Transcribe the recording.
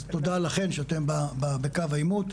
אז תודה לכם שאתם בקו העימות,